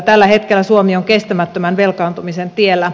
tällä hetkellä suomi on kestämättömän velkaantumisen tiellä